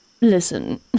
Listen